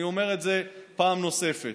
אני אומר את זה פעם נוספת.